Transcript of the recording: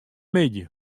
middei